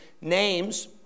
names